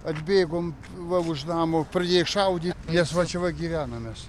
atbėgom va už namo pradėjo šaudyt nes va čia va gyvenom mes